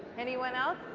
anyone else?